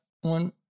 one